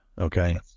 Okay